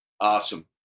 Awesome